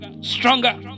stronger